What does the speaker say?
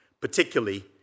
particularly